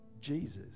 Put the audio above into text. Jesus